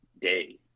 day